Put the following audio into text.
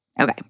Okay